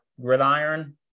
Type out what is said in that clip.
gridiron